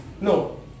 No